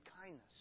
kindness